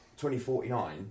2049